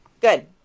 Good